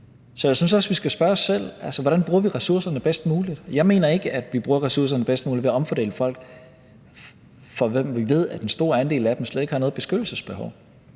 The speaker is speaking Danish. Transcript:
Så jeg synes også, vi skal spørge os selv, hvordan vi bruger ressourcerne bedst muligt. Jeg mener ikke, at vi bruger ressourcerne bedst muligt ved at omfordele folk, om hvem vi ved, at en stor andel slet ikke har noget beskyttelsesbehov,